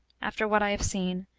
after what i have seen,